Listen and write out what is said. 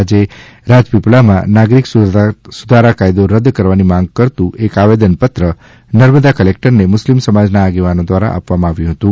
આજે રાજપીપલા મા નાગરિક સુધારા કાયદો રદ કરવાની માંગ કરતું એક આવેદન પત્રનર્મદા કલેકટરને મ્રસ્લિમ સમાજ ના આગેવાનો દ્વારા આપવા આવ્યુ હતુ